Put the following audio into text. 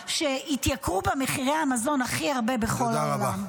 שמחירי המזון התייקרו בה הכי הרבה בכל העולם.